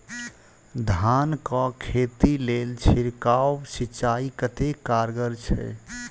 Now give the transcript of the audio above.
धान कऽ खेती लेल छिड़काव सिंचाई कतेक कारगर छै?